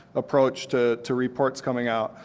approach to to reports coming out.